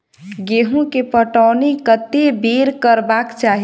गेंहूँ केँ पटौनी कत्ते बेर करबाक चाहि?